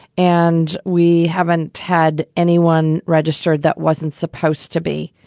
and we haven't had anyone registered that wasn't supposed to be.